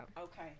Okay